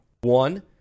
one